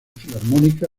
filarmónica